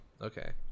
Okay